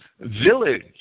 village